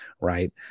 right